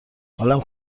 حالم